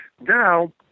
Now